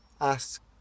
ask